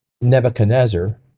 Nebuchadnezzar